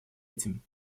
этим